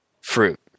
fruit